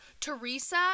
teresa